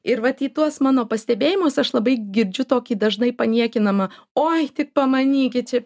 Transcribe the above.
ir vat į tuos mano pastebėjimus aš labai girdžiu tokį dažnai paniekinamą oi tik pamanykit čia